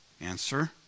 Answer